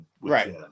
Right